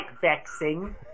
vexing